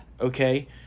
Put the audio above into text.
Okay